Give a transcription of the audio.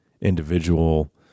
individual